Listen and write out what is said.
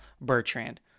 Bertrand